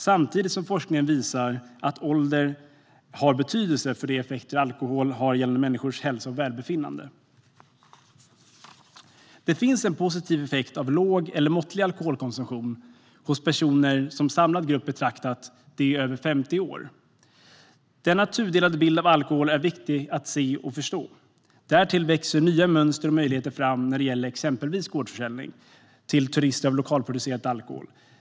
Samtidigt visar forskningen att ålder har betydelse för de effekter alkohol har på människors hälsa och välbefinnande. Det finns en positiv effekt av låg eller måttlig alkoholkonsumtion hos personer som är över 50 år - om man betraktar dem som en samlad grupp. Denna tudelade bild av alkohol är viktig att se och förstå. Därtill växer nya mönster och möjligheter fram när det gäller exempelvis gårdsförsäljning av lokalt producerad alkohol till turister.